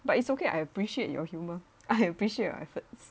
but it's okay I appreciate your humour I appreciate efforts